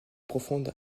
profonde